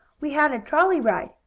we had a trolley ride,